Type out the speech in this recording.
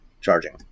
charging